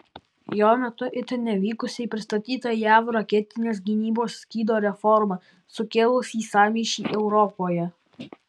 jo metu itin nevykusiai pristatyta jav raketinės gynybos skydo reforma sukėlusį sąmyšį europoje